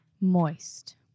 Moist